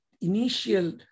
initial